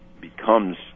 becomes